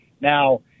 Now